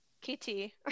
kitty